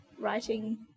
writing